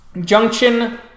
Junction